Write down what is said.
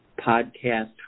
podcast